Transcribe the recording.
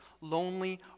lonely